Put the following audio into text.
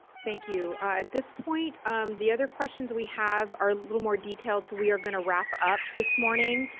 thank you. at this point the other questions we have are a little more detailed, so we are going to wrap up this morning.